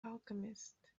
alchemist